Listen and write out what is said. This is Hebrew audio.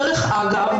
דרך אגב,